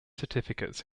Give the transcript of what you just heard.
certificates